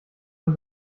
man